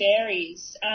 varies